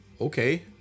okay